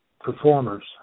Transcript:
performers